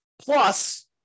Plus